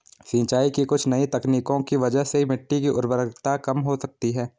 सिंचाई की कुछ नई तकनीकों की वजह से मिट्टी की उर्वरता कम हो सकती है